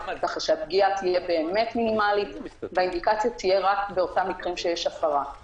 ככה שהפגיעה תהיה מינימלית והאינדיקציה תהיה רק באותם מקרים שיש הפרה.